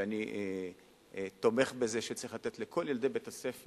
ואני תומך בזה שצריך לתת לכל ילדי בית-הספר,